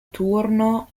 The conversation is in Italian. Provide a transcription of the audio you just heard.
turno